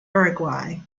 uruguay